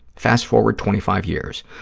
fast forward twenty five years,